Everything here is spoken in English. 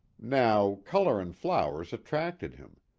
now, color and flowers attracted him.